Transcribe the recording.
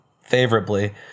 favorably